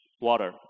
water